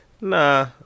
nah